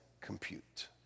compute